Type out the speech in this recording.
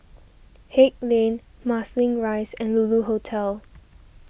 Haig Lane Marsiling Rise and Lulu Hotel